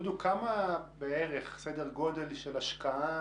מה סדר הגודל, פחות או יותר, של התקציב